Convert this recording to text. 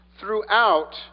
throughout